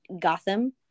Gotham